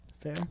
Fair